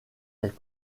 est